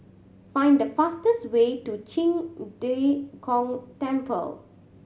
find the fastest way to Qing De Gong Temple